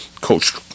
Coach